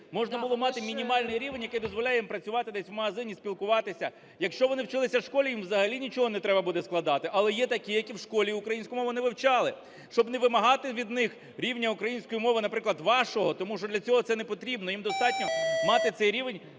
можна було мати мінімальний рівень, який дозволяє їм працювати десь в магазині, спілкуватися. Якщо вони вчилися в школі, їм взагалі нічого не треба буде складати. Але є такі, які в школі українську мову не вивчали, щоб не вимагати від них рівня української мови, наприклад, вашого, тому що для цього це не потрібно, їм достатньо мати цей рівень